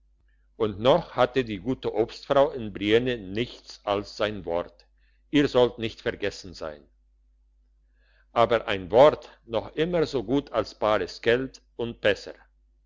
und noch hatte die gute obstfrau in brienne nichts als sein wort ihr sollt nicht vergessen sein aber ein wort noch immer so gut als bares geld und besser